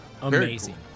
Amazing